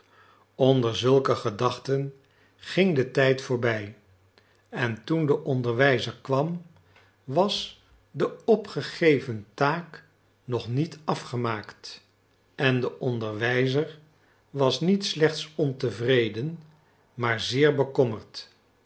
onder zulke gedachten ging de tijd voorbij en toen de onderwijzer kwam was de opgegeven taak nog niet afgemaakt en de onderwijzer was niet slechts ontevreden maar zeer bekommerd